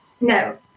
No